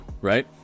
right